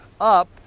up